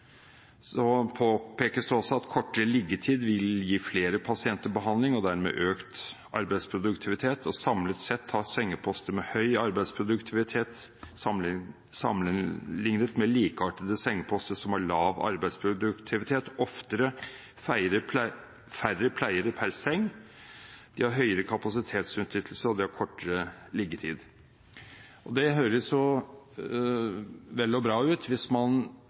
Det påpekes også at kortere liggetid vil gi flere pasienter behandling og dermed økt arbeidsproduktivitet. Samlet sett har sengeposter med høy arbeidsproduktivitet, sammenlignet med likeartede sengeposter som har lav arbeidsproduktivitet, oftere færre pleiere per seng, høyere kapasitetsutnyttelse og kortere liggetid. Det høres jo vel og bra ut hvis man